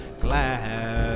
glad